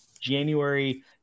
January